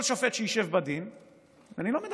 כל שופט שישב בדין,